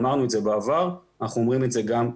אמרנו את זה בעבר ואנחנו אומרים את זה גם כעת.